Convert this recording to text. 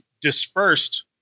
dispersed